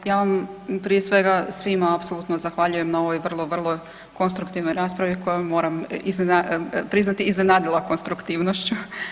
Ovaj ja vam prije svega svima apsolutno zahvaljujem na ovoj vrlo, vrlo konstruktivnoj raspravi koja me moram priznati iznenadila konstruktivnošću.